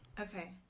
Okay